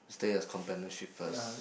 stay as companionship first